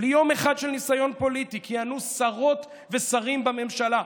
בלי יום אחד של ניסיון פוליטי כיהנו שרות ושרים בממשלה.